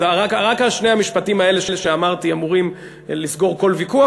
רק שני המשפטים האלה שאמרתי אמורים לסגור כל ויכוח,